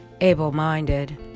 Able-minded